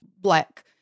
black